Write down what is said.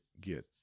get